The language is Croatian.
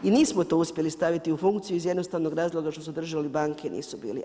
I nismo to uspjeli staviti u funkciju iz jednostavnog razloga što su držale banke nisu bili.